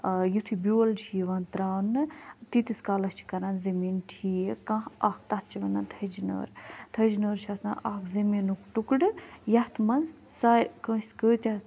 آ یِتھُے بیول چھِ یِوان ترٛاونہٕ تیٖتِس کالس چھِ کَران زٔمیٖن ٹھیٖک کانٛہہ اَکھ تتھ چھِ وَنان تھٔج نٲر تھٔج نٲر چھِ آسان اَکھ زٔمیٖنُک ٹُکڑٕ یتھ منز سا کٲنٛسہِ کۭتیاہ